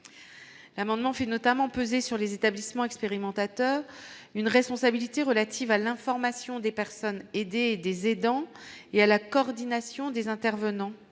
l'amendement fait notamment peser sur les établissements expérimentateurs, une responsabilité relative à l'information des personnes aidés et des aidants et à la coordination des intervenants,